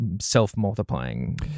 self-multiplying